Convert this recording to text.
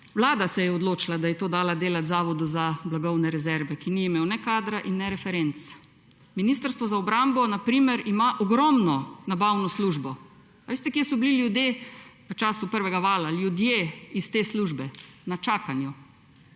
Vlada se je odločila, da je to dala delati Zavodu za blagovne rezerve, ki ni imel ne kadra in ne referenc. Ministrstvo za obrambo, na primer, ima ogromno nabavno službo. Veste, kje so bili ljudje v času prvega vala, ljudje iz te službe? Na čakanju.